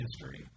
history